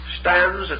stands